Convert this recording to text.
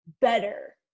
better